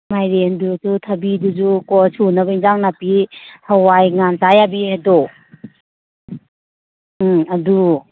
ꯃꯥꯏꯔꯦꯟꯗꯨꯁꯨ ꯊꯕꯤꯗꯨꯁꯨ ꯀꯣ ꯁꯨꯅꯕ ꯑꯦꯟꯁꯥꯡ ꯅꯥꯄꯤ ꯍꯋꯥꯏ ꯉꯥꯟ ꯆꯥꯕꯤ ꯌꯥꯕꯤ ꯑꯗꯣ ꯎꯝ ꯑꯗꯨ